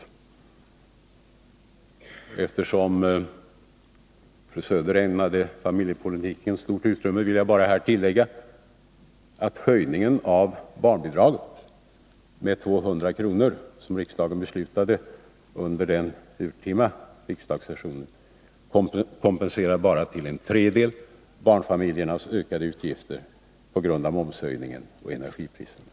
Eftersom fru Söder ägnade familjepolitiken stort utrymme vill jag tillägga att höjningen av barnbidraget med 200 kr., som riksdagen beslutade under det urtima riksmötet, kompenserar till endast en tredjedel barnfamiljernas ökade utgifter på grund av höjningen av momsen och energipriserna.